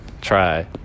Try